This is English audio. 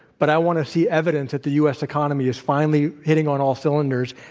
but i want to see evidence that the u. s. economy is finally hitting on all cylinders.